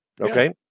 Okay